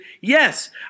yes